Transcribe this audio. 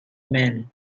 men